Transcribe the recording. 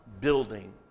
building